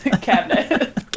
cabinet